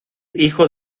hijo